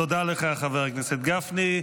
תודה לך, חבר הכנסת גפני.